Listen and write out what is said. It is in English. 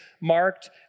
marked